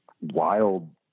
wild